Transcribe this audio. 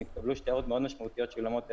נתקבלו שתי החלטות מאוד משמעותיות של אולמות אירועים,